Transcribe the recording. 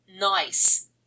nice